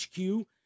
HQ